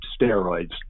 steroids